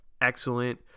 excellent